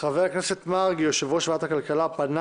חבר הכנסת מרגי יו"ר ועדת הכלכלה פנה